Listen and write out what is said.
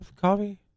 coffee